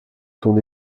son